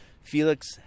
Felix